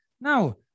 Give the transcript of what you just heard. Now